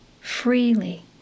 freely